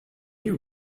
you